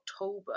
October